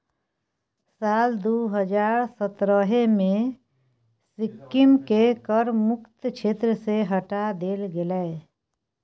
साल दू हजार सतरहे मे सिक्किमकेँ कर मुक्त क्षेत्र सँ हटा देल गेलै